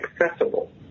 accessible